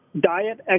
diet